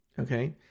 Okay